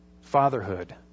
fatherhood